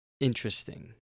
interesting